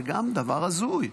זה גם דבר הזוי.